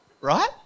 right